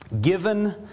given